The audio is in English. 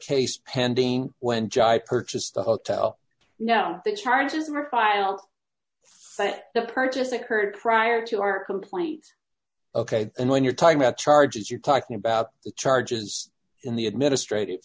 case pending when jai purchased the hotel no charges were filed the purchase occurred prior to our complaint ok and when you're talking about charges you're talking about the charges in the administrative